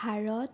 Bharat